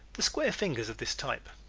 the square fingers of this type